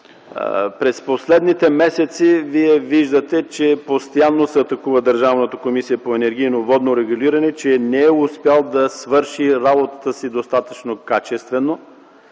През последните месеци вие виждате, че постоянно се атакува Държавната комисия за енергийно и водно регулиране, че не е успяла да свърши работата си достатъчно качествено,